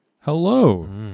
Hello